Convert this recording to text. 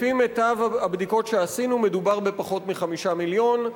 לפי מיטב הבדיקות שעשינו מדובר בפחות מ-5 מיליון.